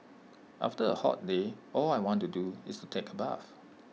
after A hot day all I want to do is to take A bath